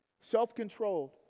self-controlled